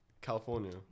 California